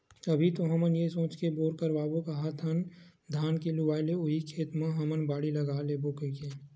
अभी तो हमन ये सोच के बोर करवाबो काहत हन धान के लुवाय ले उही खेत म हमन बाड़ी लगा लेबो कहिके